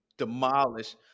Demolish